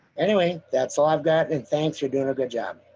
anyway that's all i've got. and thanks you're doing a good job.